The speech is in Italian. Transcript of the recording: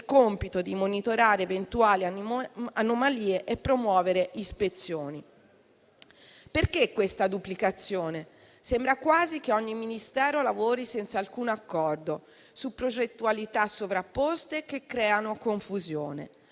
il compito di monitorare eventuali anomalie e promuovere ispezioni. Qual è la ragione di questa duplicazione? Sembra quasi che ogni Ministero lavori senza alcun accordo su progettualità sovrapposte che creano confusione.